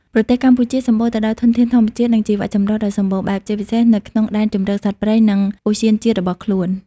ប្រទេសកម្ពុជាសម្បូរទៅដោយធនធានធម្មជាតិ និងជីវៈចម្រុះដ៏សម្បូរបែប ជាពិសេសនៅក្នុងដែនជម្រកសត្វព្រៃ និងឧទ្យានជាតិរបស់ខ្លួន។